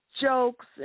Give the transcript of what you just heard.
jokes